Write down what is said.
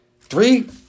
three